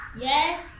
Yes